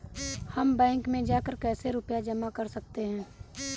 हम बैंक में जाकर कैसे रुपया जमा कर सकते हैं?